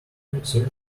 thirty